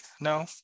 No